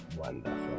Wonderful